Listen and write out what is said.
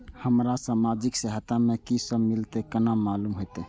हमरा सामाजिक सहायता में की सब मिलते केना मालूम होते?